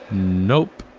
nope.